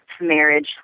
marriage